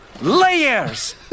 Layers